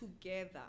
together